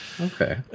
Okay